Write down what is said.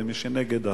ומי שנגד,